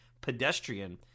pedestrian